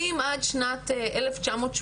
באמת,